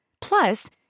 Plus